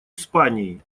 испании